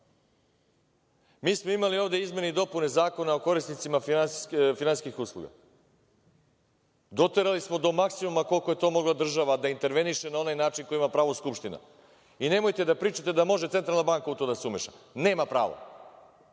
smo ovde izmene i dopune Zakona o korisnicima finansijskih usluga. Doterali smo do maksimuma koliko je to mogla država da interveniše na onaj način na koji ima pravo Skupština. Nemojte da pričate da može Centralna banka da se umeša. Nema pravo.